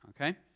Okay